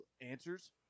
answers